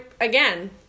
again